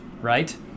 right